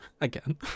again